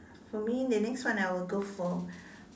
for me the next one I will go for